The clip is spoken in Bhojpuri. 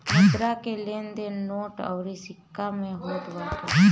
मुद्रा के लेन देन नोट अउरी सिक्का में होत बाटे